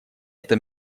это